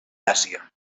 àsia